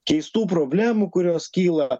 keistų problemų kurios kyla